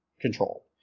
control